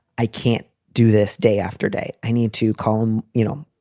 i can't do this day after day. i need to call them, you know,